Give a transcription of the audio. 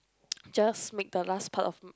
just make the last part of